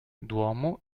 duomo